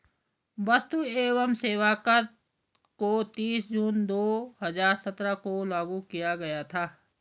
वस्तु एवं सेवा कर को तीस जून दो हजार सत्रह को लागू किया गया था